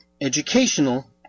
educational